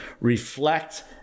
reflect